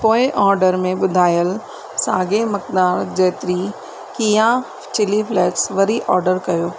पोएं ऑडर में ॿुधायल साॻे मकदार जेतिरी कया चिली फलैक्स वरी ऑडर कयो